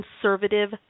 conservative